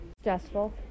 stressful